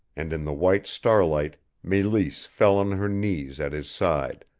and in the white starlight meleese fell on her knees at his side,